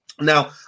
Now